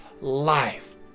life